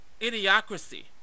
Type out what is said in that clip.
Idiocracy